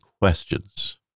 questions